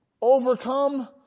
overcome